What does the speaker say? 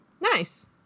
Nice